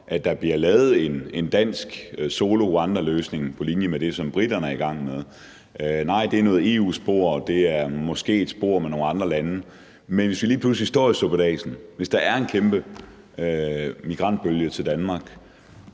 at der bliver lavet en dansk Rwandaløsning, hvor man går solo, på linje med det, som briterne er i gang med. Nej, det er noget med noget EU-spor og måske et spor med nogle andre lande. Men hvis vi lige pludselig står i suppedasen og der kommer en kæmpe migrantbølge til Danmark,